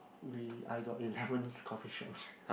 we I got eleven coffee shops